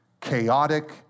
chaotic